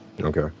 Okay